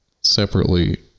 separately